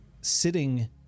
sitting